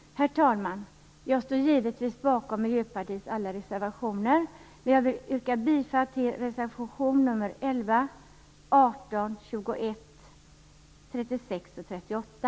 Herr talman! Jag står givetvis bakom Miljöpartiets alla reservationer, men jag vill yrka bifall till reservationerna 11, 18, 21, 36 och 38.